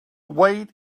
wait